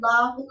Love